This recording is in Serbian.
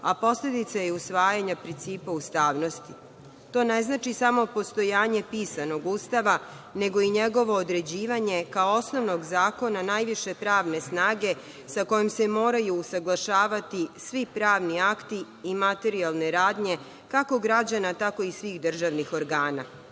a posledica je usvajanja principa ustavnosti. To ne znači samo postojanje pisanog Ustava, nego i njegovo određivanje, kao osnovnog zakona najviše pravne snage sa kojom se moraju usaglašavati svi pravni akti i materijalne radnje, kako građana, tako i svih državnih organa.